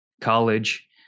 College